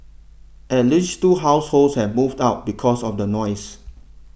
at least two households have moved out because of the noise